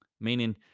meaning